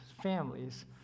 families